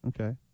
Okay